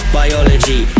biology